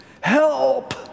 help